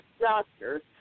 doctor